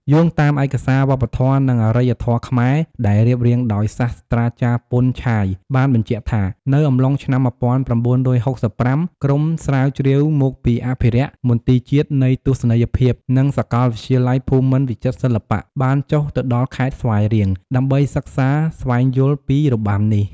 យោងតាមឯកសារវប្បធម៌ និងអរិយធម៌ខ្មែរ ដែលរៀបរៀងដោយសាស្ត្រាចារ្យ ពន់ ឆាយ បានបញ្ជាក់ថា នៅអំឡុងឆ្នាំ១៩៦៥ ក្រុមស្រាវជ្រាវមកពីអភិរក្សមន្ទីរជាតិនៃទស្សនីយភាព និងសាកលវិទ្យាល័យភូមិន្ទវិចិត្រសិល្បៈ បានចុះទៅដល់ខេត្តស្វាយរៀង ដើម្បីសិក្សាស្វែងយល់ពីរបាំនេះ។